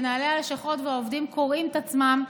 מנהלי הלשכות והעובדים קורעים את עצמם.